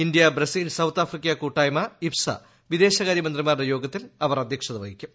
India Brazil South Africa കൂട്ടായ്മ IBSA വിദേശകാര്യ മന്ത്രിമാരുടെ യോഗത്തിൽ അവർ അധ്യക്ഷത വഹിക്കും